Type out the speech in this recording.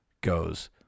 goes